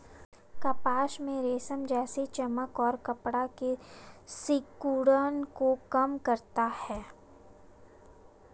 कपास में रेशम जैसी चमक और कपड़ा की सिकुड़न को कम करता है